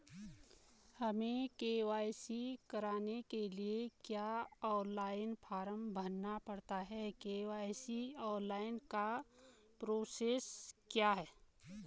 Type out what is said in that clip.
हमें के.वाई.सी कराने के लिए क्या ऑनलाइन फॉर्म भरना पड़ता है के.वाई.सी ऑनलाइन का प्रोसेस क्या है?